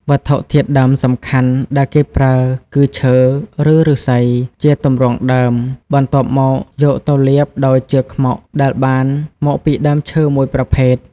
វត្ថុធាតុដើមសំខាន់ដែលគេប្រើគឺ ឈើ ឬឫស្សី ជាទម្រង់ដើម បន្ទាប់មកយកទៅលាបដោយ ជ័រខ្មុក ដែលបានមកពីដើមឈើមួយប្រភេទ។